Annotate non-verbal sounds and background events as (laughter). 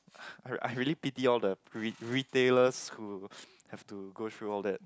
(noise) I I really pity all the re~ retailers who have to go through all that